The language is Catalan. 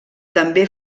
també